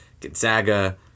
Gonzaga